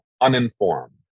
uninformed